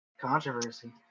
controversy